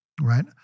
right